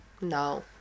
No